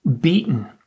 beaten